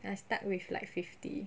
I stuck with like fifty